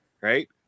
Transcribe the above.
Right